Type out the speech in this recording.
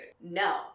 no